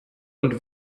und